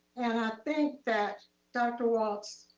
and i think that dr. walts,